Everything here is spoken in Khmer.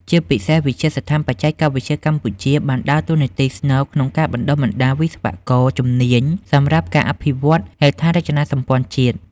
ជាពិសេស វិទ្យាស្ថានបច្ចេកវិទ្យាកម្ពុជា បានដើរតួនាទីស្នូលក្នុងការបណ្តុះបណ្តាលវិស្វករជំនាញសម្រាប់ការអភិវឌ្ឍហេដ្ឋារចនាសម្ព័ន្ធជាតិ។